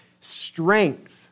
Strength